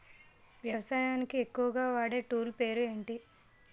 వ్యవసాయానికి ఎక్కువుగా వాడే టూల్ పేరు ఏంటి?